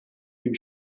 gibi